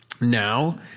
now